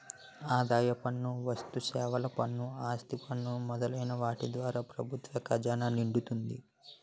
ఆదాయ పన్ను వస్తుసేవల పన్ను ఆస్తి పన్ను మొదలైన వాటి ద్వారా ప్రభుత్వ ఖజానా నిండుతుంది